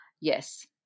Yes